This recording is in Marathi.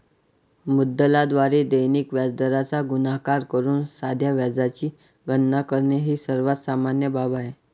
मुद्दलाद्वारे दैनिक व्याजदराचा गुणाकार करून साध्या व्याजाची गणना करणे ही सर्वात सामान्य बाब आहे